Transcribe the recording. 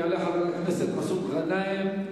יעלה חבר הכנסת מסעוד גנאים,